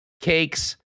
cakes